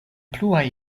pluaj